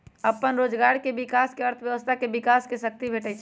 अप्पन रोजगार के विकास से अर्थव्यवस्था के विकास के शक्ती भेटहइ